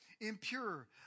impure